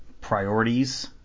priorities